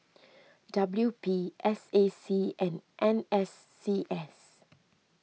W P S A C and N S C S